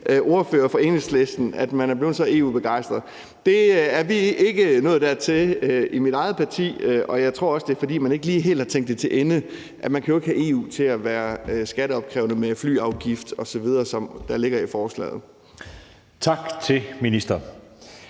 ordfører fra Enhedslisten før, altså at man er blevet så EU-begejstret. Dertil er vi ikke nået i mit eget parti, og jeg tror også, det er, fordi man ikke lige helt har tænkt det til ende. Altså man jo ikke kan have EU til at være skatteopkrævende med en flyafgift osv., sådan som det ligger i forslaget. Kl.